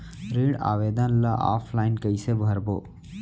ऋण आवेदन ल ऑफलाइन कइसे भरबो?